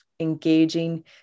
engaging